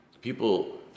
people